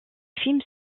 films